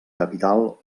capital